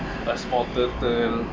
a small turtle